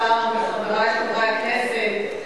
השר וחברי חברי הכנסת,